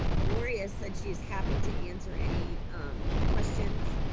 gloria said she's happy to answer any questions,